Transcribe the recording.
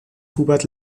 hubert